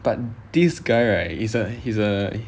but this guy right is a he's a